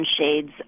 shades